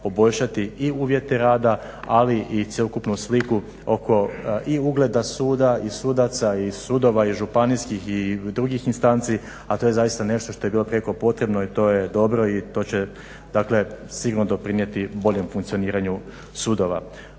poboljšati i uvjete rada ali i cjelokupnu sliku oko i ugleda suda i sudaca i sudova i županijskih i drugih instanci, a to je zaista nešto što je bilo prijeko potrebno i to je dobro i to će, dakle sigurno doprinijeti boljem funkcioniranju sudova.